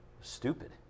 stupid